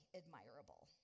admirable